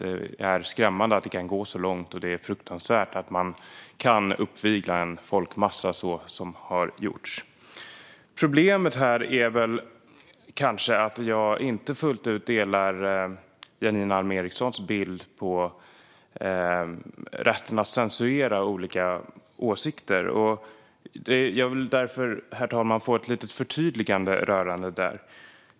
Det är skrämmande att det kan gå så långt, och det är fruktansvärt att man kan uppvigla en folkmassa så som har gjorts. Jag delar dock inte fullt ut Janine Alm Ericsons bild av rätten att censurera olika åsikter. Jag vill därför få ett litet förtydligande rörande det.